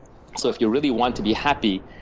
so if you really want to be happy,